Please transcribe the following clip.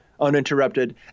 uninterrupted